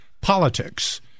Politics